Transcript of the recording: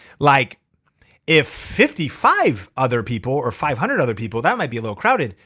like if fifty five other people or five hundred other people that might be a little crowded.